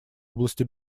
области